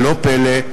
ולא פלא,